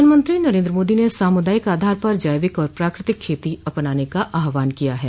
प्रधानमंत्री नरेन्द्र मोदी ने सामुदायिक आधार पर जैविक और प्राकृतिक खेती अपनाने का आह्वान किया है